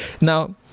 Now